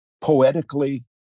poetically